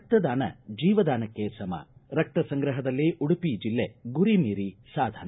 ರಕ್ತ ದಾನ ಜೀವದಾನಕ್ಕೆ ಸಮ ರಕ್ತ ಸಂಗ್ರಹದಲ್ಲಿ ಉಡುಪಿ ಜಿಲ್ಲೆ ಗುರಿ ಮೀರಿ ಸಾಧನೆ